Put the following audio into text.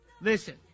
listen